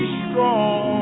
strong